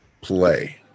play